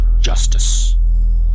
justice